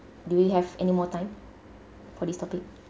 do we have any more time for this topic